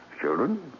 children